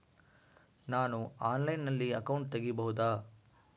ನಾನು ಆನ್ಲೈನಲ್ಲಿ ಅಕೌಂಟ್ ತೆಗಿಬಹುದಾ?